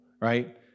right